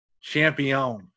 champion